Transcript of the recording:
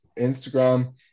Instagram